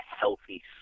healthy